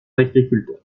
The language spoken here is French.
agriculteur